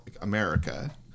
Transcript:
America